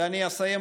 ואני אסיים,